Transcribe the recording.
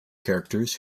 characters